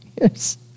yes